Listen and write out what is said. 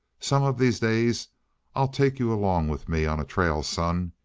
some of these days i'll take you along with me on a trail, son,